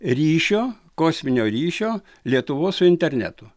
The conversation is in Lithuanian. ryšio kosminio ryšio lietuvos su internetu